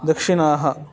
दक्षिणः